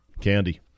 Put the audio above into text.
Candy